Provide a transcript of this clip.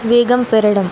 వేగం పెరగడం